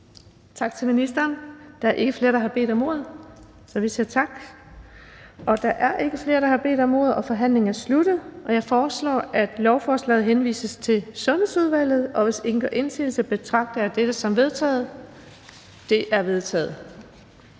Tak til ministeren. Der er ikke flere, der har bedt om ordet, så vi siger tak. Da der ikke er flere, som har bedt om ordet, er forhandlingen sluttet. Jeg foreslår, at lovforslaget henvises til Sundhedsudvalget. Hvis ingen gør indsigelse, betragter jeg dette som vedtaget. Det er vedtaget.